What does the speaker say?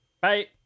Bye